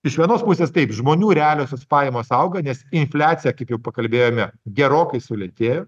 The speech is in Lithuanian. iš vienos pusės taip žmonių realiosios pajamos auga nes infliacija kaip jau pakalbėjome gerokai sulėtėjo